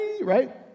right